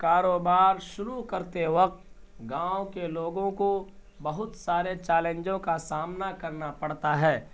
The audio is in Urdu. کاروبار شروع کرتے وقت گاؤں کے لوگوں کو بہت سارے چیلنجوں کا سامنا کرنا پڑتا ہے